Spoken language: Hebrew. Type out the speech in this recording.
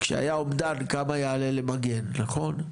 כשהיה אומדן כמה יעלה למגן, נכון?